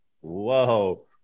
whoa